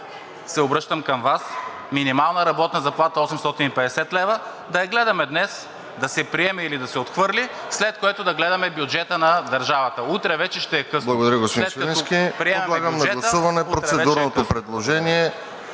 се обръщам към Вас: минимална работна заплата 850 лв. да я гледаме днес, да се приеме или да се отхвърли, след което да гледаме бюджета на държавата. Утре вече ще е късно.